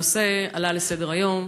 הנושא עלה על סדר-היום,